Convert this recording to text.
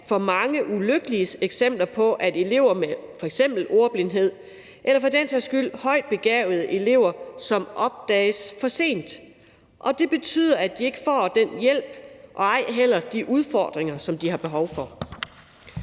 for mange ulykkelige eksempler på, at elever med f.eks. ordblindhed eller for den sags skyld højtbegavede elever opdages for sent. Og det betyder, at de ikke får den hjælp og ej heller de udfordringer, som de har behov for.